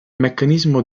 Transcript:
meccanismo